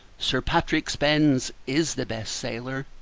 sir patrick spens is the best sailor,